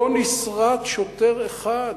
לא נסרט שוטר אחד,